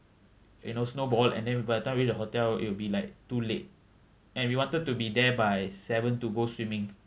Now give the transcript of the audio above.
you know snowball and then by the time we reach the hotel it'll be like too late and we wanted to be there by seven to go swimming